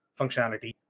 functionality